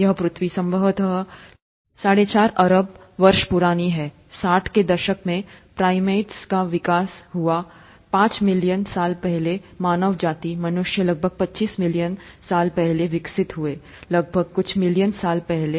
यह पृथ्वी संभवतः 45 अरब वर्ष पुरानी है साठ के दशक में प्राइमेट्स का विकास हुआ पांच मिलियन साल पहले मानव जाति मनुष्य लगभग पचास मिलियन साल पहले विकसित हुए लगभग कुछ मिलियन साल पहले